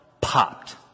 popped